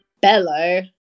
bellow